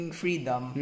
freedom